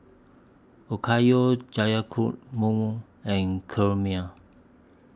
Okayu Guacamole and Kheemia